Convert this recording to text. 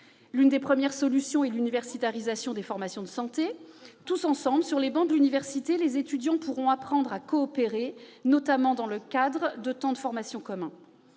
l'une des premières solutions est l'« universitarisation » des formations de santé : ensemble, sur les bancs de l'université, les étudiants pourront apprendre à coopérer, notamment dans le cadre de temps de formation communs.